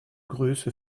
grüße